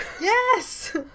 Yes